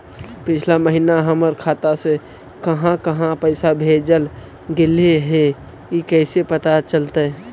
पिछला महिना हमर खाता से काहां काहां पैसा भेजल गेले हे इ कैसे पता चलतै?